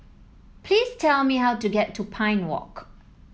please tell me how to get to Pine Walk